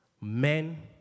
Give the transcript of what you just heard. Men